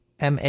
MA